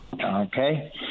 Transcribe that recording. Okay